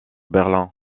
berlin